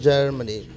Germany